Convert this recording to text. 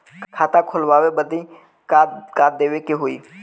खाता खोलावे बदी का का देवे के होइ?